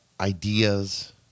ideas